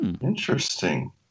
Interesting